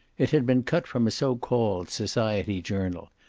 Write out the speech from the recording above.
it had been cut from a so-called society journal,